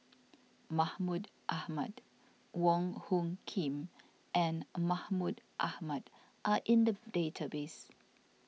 Mahmud Ahmad Wong Hung Khim and Mahmud Ahmad are in the database